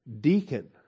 deacon